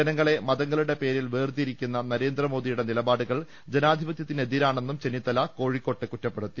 ജനങ്ങളെ മതങ്ങളുടെ പേരിൽ വേർതിരിക്കുന്ന നർന്ദ്രമോദിയുടെ നിലപാടുകൾ ജനാധിപതൃത്തിന് എതിരാണെന്നും ചെന്നിത്തല കുറ്റപ്പെടുത്തി